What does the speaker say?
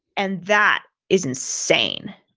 and that is insane.